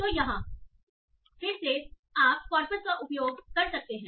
तो यहां फिर से आप कॉर्पस का उपयोग कर सकते हैं